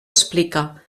explica